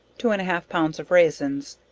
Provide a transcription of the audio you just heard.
two and a half pounds of raisins,